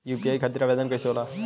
UPI खातिर आवेदन कैसे होला?